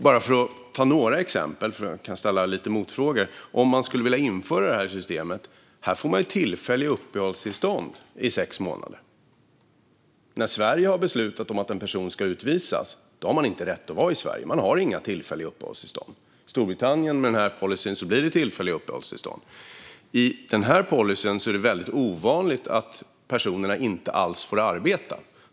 Jag kan ta några exempel och ställa lite motfrågor när det gäller om man skulle vilja införa systemet. Där ges ju tillfälliga uppehållstillstånd i sex månader, men när Sverige har beslutat att en person ska utvisas har personen inte rätt att vara i Sverige. Vi har inga tillfälliga uppehållstillstånd. Med Storbritanniens policy blir det tillfälliga uppehållstillstånd, och det är ovanligt att personerna inte alls får arbeta.